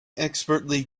expertly